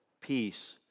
peace